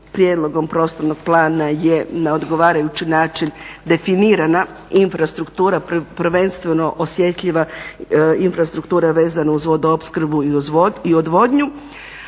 prijedlogom prostornog plana je na odgovarajući način definirana infrastruktura, prvenstveno osjetljiva infrastruktura vezano uz vodoopskrbu i odvodnju,